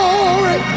Glory